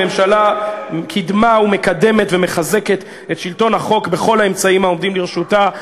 הממשלה קידמה ומקדמת ומחזקת את שלטון החוק בכל האמצעים העומדים לרשותה.